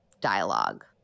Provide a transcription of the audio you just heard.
dialogue